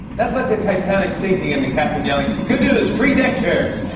that's like the titanic sinking and the captain yelling, good news free deck chairs.